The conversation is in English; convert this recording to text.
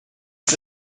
for